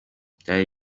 byari